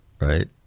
right